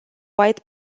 white